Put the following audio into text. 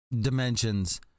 dimensions